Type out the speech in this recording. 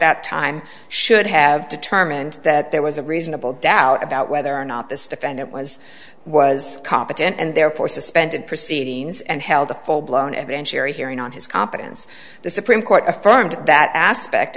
that time should have determined that there was a reasonable doubt about whether or not this defendant was was competent and therefore suspended proceedings and held a full blown evidentiary hearing on his competence the supreme court affirmed that aspect